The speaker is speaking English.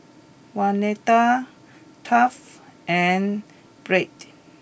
Waneta Duff and Brett